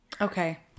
Okay